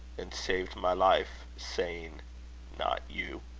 and saved my life, saying not you.